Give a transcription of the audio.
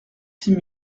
six